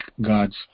God's